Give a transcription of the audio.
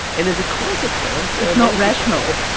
and as a consequence. it's not rational.